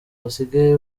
basigaye